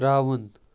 ترٛاوُن